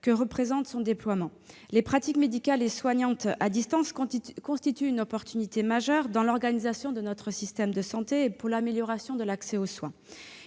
que représente son déploiement. Les pratiques médicales et soignantes à distance constituent une opportunité majeure dans l'organisation de notre système de santé et pour l'amélioration de l'accès aux soins.